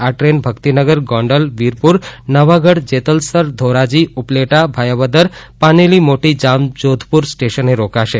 આ ટ્રેન ભક્તિનગર ગોંડલ વીરપુર નવાગઢ જેતલસર ધોરાજી ઉપલેટા ભાયાવદર પાનેલી મોટી જામજોધપુર સ્ટેશને રોકાશે